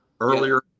earlier